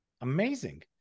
Amazing